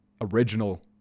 original